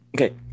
Okay